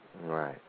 Right